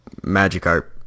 Magikarp